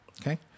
okay